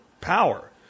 power